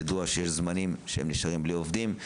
כי ידוע שיש זמנים שהם נשארים בלי עובדים.